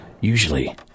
usually